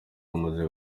amaze